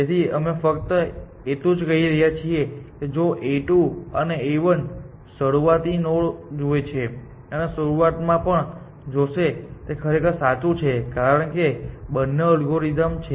તેથી અમે ફક્ત એટલું જ કહી રહ્યા છીએ કે જો a2 અને a1 શરૂઆતની નોડ જુએ છે અને શરૂઆત પણ જોશે જે ખરેખર સાચું છે કારણ કે બંને એલ્ગોરિધમ્સ છે